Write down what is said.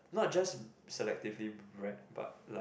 not just selectively bred but like